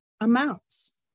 amounts